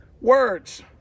words